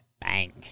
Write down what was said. Bang